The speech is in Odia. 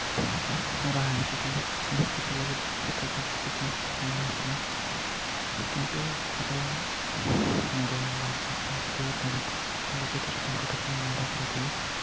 ମୁଁ ମୋର ହାଣ୍ଡରାଇଟିଙ୍ଗ କି ଚେଞ୍ଜ କରିବା ଲାଗି ବହୁତ ଚେଷ୍ଟା କରିଥିଲି କିନ୍ତୁ ହଉନଥିଲା କିନ୍ତୁ ଥରେ ମୋର ଦାଦା ଯିଏ ସିଏ ତାଙ୍କ ଗୋଟେଥର ତାଙ୍କଠାରୁ ମୁଁ ମାଡ଼ ଖାଇଥିଲି